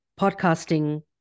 podcasting